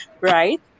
right